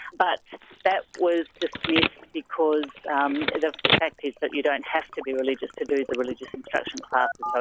but that was dismissed because um the fact is that you don't have to be religious to do the religious instruction classes,